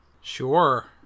sure